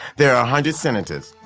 there are a hundred senators.